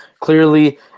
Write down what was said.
clearly